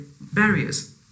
barriers